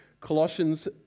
Colossians